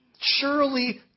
surely